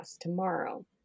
tomorrow